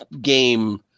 game